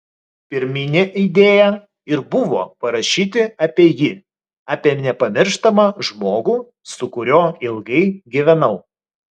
pirminė idėja ir buvo parašyti apie jį apie nepamirštamą žmogų su kuriuo ilgai gyvenau